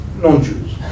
non-Jews